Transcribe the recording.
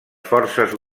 forces